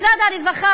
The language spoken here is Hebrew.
משרד הרווחה,